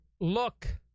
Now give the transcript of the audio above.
look